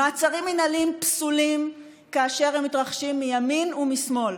מעצרים מינהליים פסולים כאשר הם מתרחשים מימין ומשמאל,